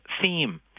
theme